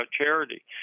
charity